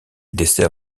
dessert